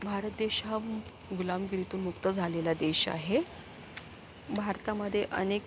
भारत देश हा गुलामगिरीतून मुक्त झालेला देश आहे भारतामध्ये अनेक